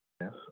Yes